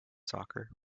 soccer